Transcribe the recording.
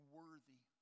worthy